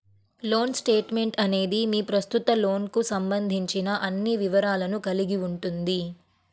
loan statement అనేది మీ ప్రస్తుత లోన్కు సంబంధించిన అన్ని వివరాలను కలిగి ఉంటుంది